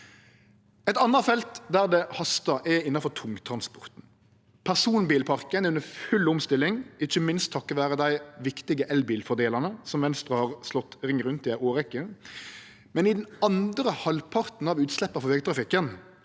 Eit anna felt der det hastar, er innanfor tungtransporten. Personbilparken er under full omstilling, ikkje minst takk vere dei viktige elbilfordelane som Venstre har slått ring rundt i ei årrekkje, men i den andre halvparten av utsleppa frå vegtrafikken